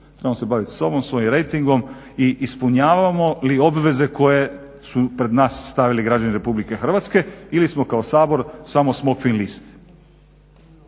trebamo se baviti sobom, svojim rejtingom i ispunjavamo li obveze koje su pred nas stavili građani Republike Hrvatske ili smo kao Sabor samo smokvin list.